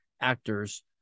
actors